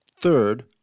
Third